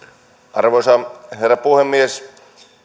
arvoisa herra puhemies